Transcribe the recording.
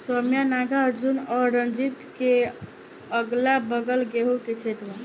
सौम्या नागार्जुन और रंजीत के अगलाबगल गेंहू के खेत बा